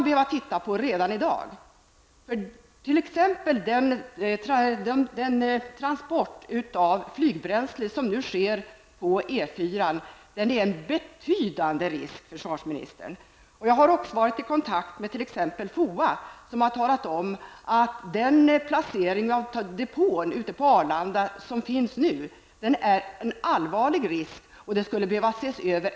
Den transport av flygbränsle som nu sker på E 4 utgör en betydande risk. Jag har varit i kontakt med t.ex. FOA som har talat om att den placering som depån i dag har ute på Arlanda utgör en allvarlig risk, och detta skulle behöva ses över.